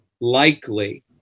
likely